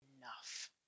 enough